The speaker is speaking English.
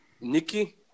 Nikki